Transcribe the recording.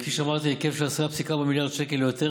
כפי שאמרתי, היקף של 10.4 מיליארד שקל ויותר